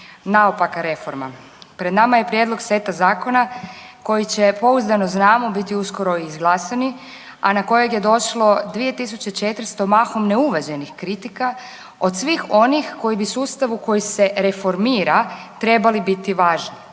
naopaka reforma. Pred nama je prijedlog seta zakona koji će pouzdano znamo, biti uskoro i izglasani, a na kojeg je došlo 2400 mahom neuvaženih kritika, od svih onih koji bi sustavu koji se reformira trebali biti važni,